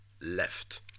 left